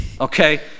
okay